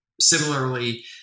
Similarly